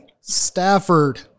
Stafford